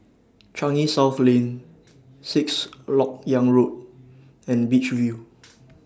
Changi South Lane Sixth Lok Yang Road and Beach View